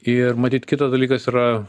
ir matyt kitas dalykas yra